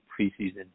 preseason